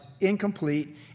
incomplete